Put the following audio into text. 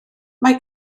mae